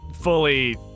fully